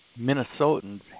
Minnesotans